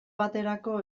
baterako